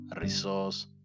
resource